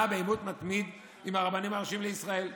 בעימות מתמיד עם הרבנים הראשיים לישראל.